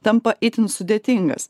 tampa itin sudėtingas